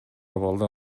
абалда